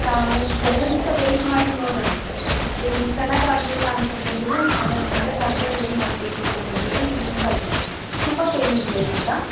ಹಾಂ ಒಂದೆರಡು ದಿವಸ ವೆಯ್ಟ್ ಮಾಡಿ ನೋಡೋಣ ಅದು ಚೆನ್ನಾಗಾಗಲಿಲ್ಲ ಅಂತಂದು ಹೇಳಿದ್ರೆ ಆಮೇಲೆ ಮತ್ತೆ ಫರ್ದರ್ ಏನು ಮಾಡಬೇಕು ಅಂತಂದು ಹೇಳಿಬಿಟ್ಟು ನಿಮಿಗೆ ಇನ್ಫರ್ಮ್ ಮಾಡ್ತೀನಿ ತುಂಬ ಪೆಯ್ನ್ ಇದೆಯಾ ಇವಾಗ